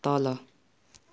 तल